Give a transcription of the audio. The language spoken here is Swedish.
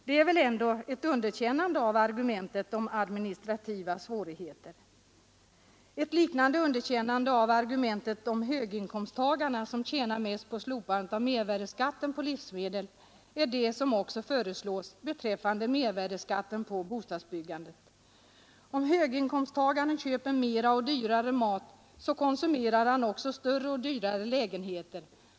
Det är väl ändå ett underkännande av argumentet om administrativa svårigheter. Ett liknande underkännande av argumentet att höginkomsttagarna tjänar mest på slopandet av mervärdeskatten innebär det som föreslås beträffande mervärdeskatten på bostads byggandet. Om höginkomsttagaren köper mer och dyrare mat, så konsumerar han också större och dyrare lägenheter.